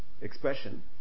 expression